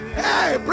hey